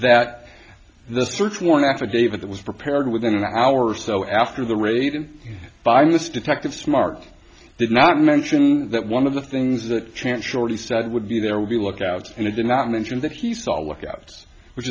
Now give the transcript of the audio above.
that the search warrant affidavit that was prepared within an hour or so after the raid by miss detective smart did not mention that one of the things that chant shorty said would be there will be lookouts and it did not mention that he saw a lookout which